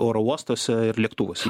oro uostuose ir lėktuvuose